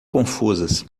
confusas